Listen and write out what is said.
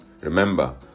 Remember